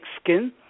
skin